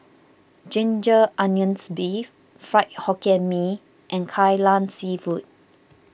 Ginger Onions Beef Fried Hokkien Mee and Kai Lan Seafood